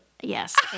Yes